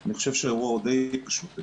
אני חושב שהאירוע הוא די --- אני